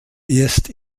erst